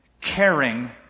caring